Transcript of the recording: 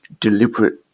deliberate